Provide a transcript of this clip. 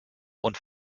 und